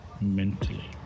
mentally